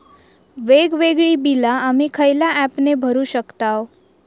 वेगवेगळी बिला आम्ही खयल्या ऍपने भरू शकताव?